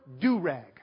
do-rag